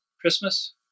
Christmas